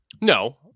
no